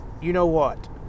you-know-what